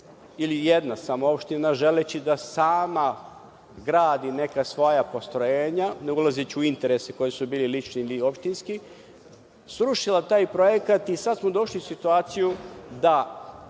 jedna opština je želeći da sama gradi neka svoja postrojenja, ne ulazeći u interese da li su bili lični ili opštinski, srušila je taj projekat i sada smo došli u situaciju da